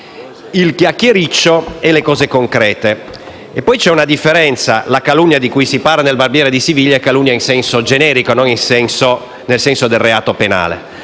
il chiacchiericcio e le cose concrete. Vi è poi un'altra differenza: la calunnia della quale si parla nel Barbiere di Siviglia è calunnia in senso generico, non nel senso del reato penale.